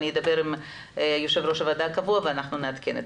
אני אדבר עם יושב ראש הוועדה הקבוע ואנחנו נעדכן אתכם.